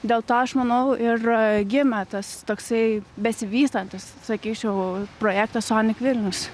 dėl to aš manau ir gimė tas toksai besivystantis sakyčiau projektas sonik vilnius